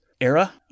era